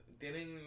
tienen